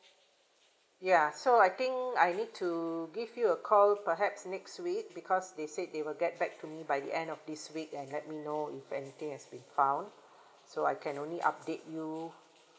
ya so I think I need to give you a call perhaps next week because they say they will get back to me by the end of this week and let me know if anything has been found so I can only update you